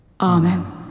Amen